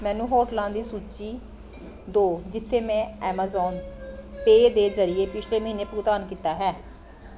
ਮੈਨੂੰ ਹੋਟਲਾਂ ਦੀ ਸੂਚੀ ਦੋ ਜਿਥੇ ਮੈਂ ਐਮਾਜ਼ਾਨ ਪੇਅ ਦੇ ਜਰੀਏ ਪਿਛਲੇ ਮਹੀਨੇ ਭੁਗਤਾਨ ਕੀਤਾ ਹੈ